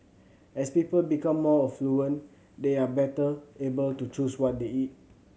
as people become more affluent they are better able to choose what they eat